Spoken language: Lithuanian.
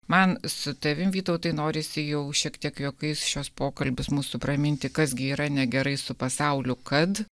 man su tavim vytautai norisi jau šiek tiek juokais šiuos pokalbius mūsų praminti kas gi yra negerai su pasauliu kad